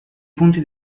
punti